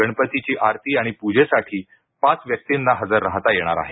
गणपतीची आरती आणि पूजेसाठी पाच व्यक्तींना हजार राहता येणार आहे